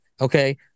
okay